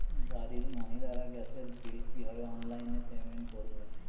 বাড়ির মহিলারা গ্যাসের বিল কি ভাবে অনলাইন পেমেন্ট করবে?